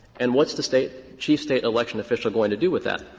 and what's the state chief state election official going to do with that?